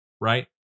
right